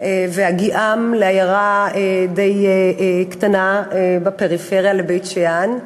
והגיעם לעיירה די קטנה בפריפריה, לבית-שאן,